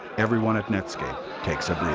everyone at netscape takes a